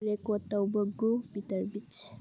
record ꯇꯧꯕꯒꯨ ꯄꯤꯇꯔꯕꯤꯠꯁ